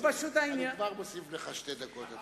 אני כבר מוסיף לך שתי דקות.